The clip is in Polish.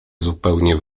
zupełnie